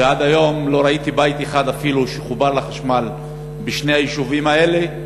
ועד היום לא ראיתי בית אחד אפילו שחובר לחשמל בשני היישובים האלה.